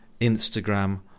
Instagram